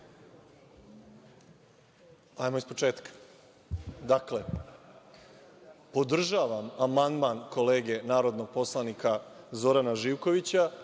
Idemo iz početka. Dakle, podržavam amandman kolege narodnog poslanika Zorana Živkovića,